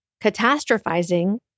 catastrophizing